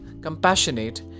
compassionate